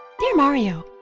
dear mario